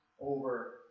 over